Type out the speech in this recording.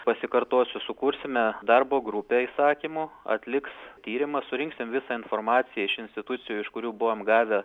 pasikartosiu sukursime darbo grupę įsakymu atliks tyrimą surinksim visą informaciją iš institucijų iš kurių buvom gavę